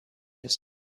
his